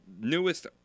newest